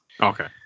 Okay